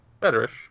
Better-ish